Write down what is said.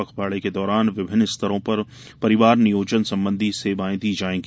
पखवाड़े के दौरान विभिन्न स्तरों पर परिवार नियोजन संबंधी सेवाएँ दी जायेंगी